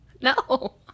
no